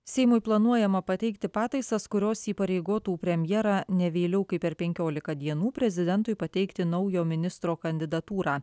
seimui planuojama pateikti pataisas kurios įpareigotų premjerą ne vėliau kaip per penkiolika dienų prezidentui pateikti naujo ministro kandidatūrą